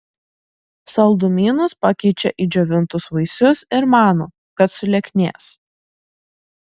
saldumynus pakeičia į džiovintus vaisius ir mano kad sulieknės